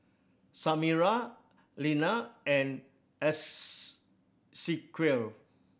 Samira Lenna and Esequiel